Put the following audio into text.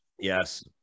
yes